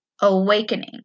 awakening